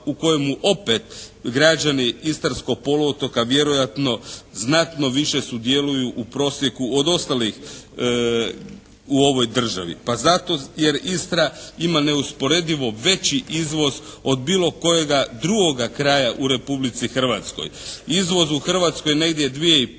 u kojemu opet građani istarskog poluotoka vjerojatno znatno više sudjeluju u prosjeku od ostalih u ovoj državi, pa zato jer Istra ima neusporedivo veći izvoz od bilo kojega drugoga kraja u Republici Hrvatskoj. Izvoz u Hrvatskoj je negdje